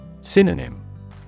Synonym